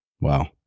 Wow